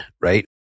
right